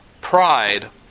Pride